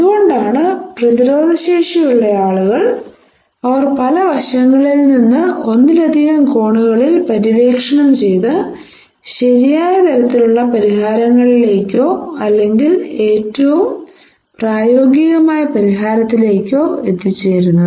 അതുകൊണ്ടാണ് പ്രതിരോധശേഷിയുള്ള ആളുകൾ അവർ പല വശങ്ങളിൽ നിന്ന് ഒന്നിലധികം കോണുകളിൽ പര്യവേക്ഷണം ചെയ്ത് ശരിയായ തരത്തിലുള്ള പരിഹാരങ്ങളിലേക്കോ അല്ലെങ്കിൽ ഏറ്റവും പ്രായോഗികമായ പരിഹാരത്തിലേക്കോ എത്തിച്ചേരുന്നത്